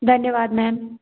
धन्यवाद मैम